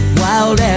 wild